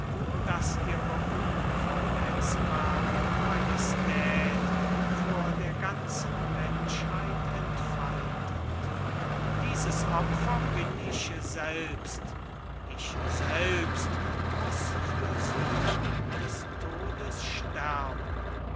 das ihre unverletzbare majestät vor der ganzen menschheit entfaltet dieses opfer bin ich selbst ich selbst muß für sie des todes sterben